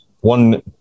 one